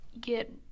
get